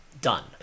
done